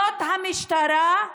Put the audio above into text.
זאת המשטרה?